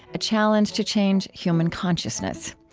a challenge to change human consciousness.